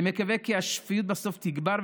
אני מקווה כי השפיות בסוף תגבר,